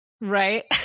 Right